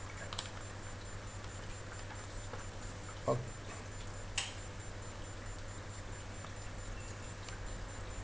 oh